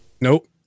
Nope